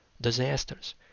Disasters